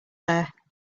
there